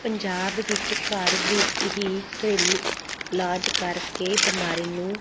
ਪੰਜਾਬ ਵਿੱਚ ਘਰ ਵਿੱਚ ਹੀ ਘਰੇਲੂ ਇਲਾਜ ਕਰਕੇ ਬਿਮਾਰੀ ਨੂੰ